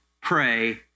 pray